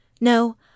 No